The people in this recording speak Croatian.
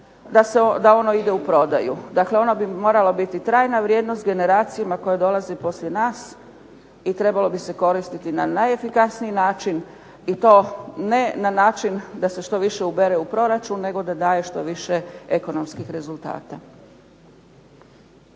da ono ide u prodaju. Dakle, ono bi moralo biti trajna vrijednost generacijama koje dolaze poslije nas i trebalo bi se koristiti na najefikasniji način i to ne na način da se što više ubere u proračun nego da daje što više ekonomskih rezultata.